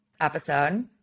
episode